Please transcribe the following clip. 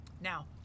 now